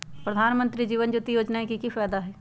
प्रधानमंत्री जीवन ज्योति योजना के की फायदा हई?